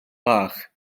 fach